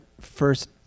first